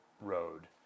road